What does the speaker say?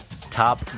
top